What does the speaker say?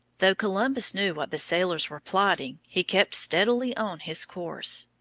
though columbus knew what the sailors were plotting, he kept steadily on his course.